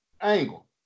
Angle